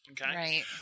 Right